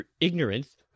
ignorance